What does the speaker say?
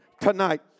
tonight